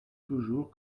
toujours